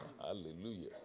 Hallelujah